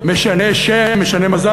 משנה שם, משנה מזל.